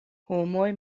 homoj